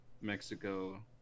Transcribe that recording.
mexico